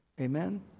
Amen